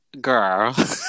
Girl